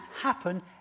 happen